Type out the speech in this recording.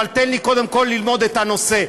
אבל תן לי קודם כול ללמוד את הנושא.